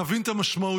נבין את המשמעויות.